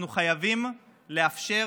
אנחנו חייבים לאפשר